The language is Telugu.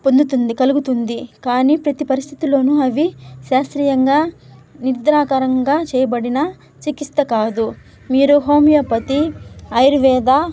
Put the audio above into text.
పొందుతుంది కలుగుతుంది కానీ ప్రతీ పరిస్థితులోనూ అవి శాస్త్రీయంగా నిద్రాకారంగా చేయబడిన చికిత్స కాదు మీరు హోమియోపతి ఆయుర్వేద